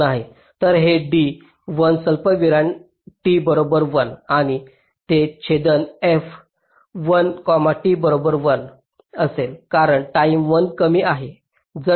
तर हे d 1 स्वल्पविराम t बरोबर 1 आणि ते छेदन f 1 t बरोबर 1 असेल कारण टाईम 1 कमी आहे